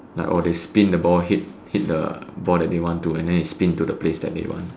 like oh they spin the ball hit hit the ball that they want to and then they spin to the place that they want